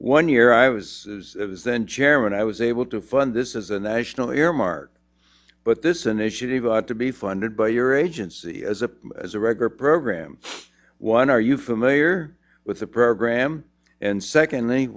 one year i was then chairman i was able to fund this is a national air mart but this initiative ought to be funded by your agency as a as a regular program one are you familiar with the program and second